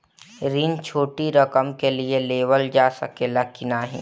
ऋण छोटी रकम के लिए लेवल जा सकेला की नाहीं?